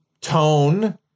tone